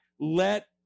let